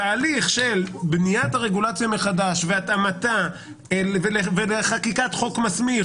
התהליך של בניית הרגולציה מחדש והתאמה וחקיקת חוק מסמיך